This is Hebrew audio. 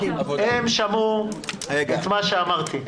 הם שמעו את מה שאמרתי.